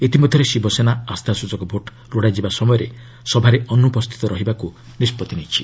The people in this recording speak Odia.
ଇତି ମଧ୍ୟରେ ଶିବସେନା ଆସ୍ଥାସଚକ ଭୋଟ ଲୋଡ଼ାଯିବା ସମୟରେ ସଭାରେ ଅନୁପସ୍ଥିତ ରହିବାକୁ ନିଷ୍ପଭି ନେଇଛି